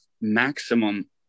maximum